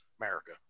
America